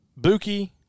Buki